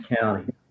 County